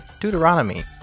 Deuteronomy